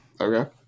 Okay